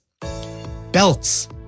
Belts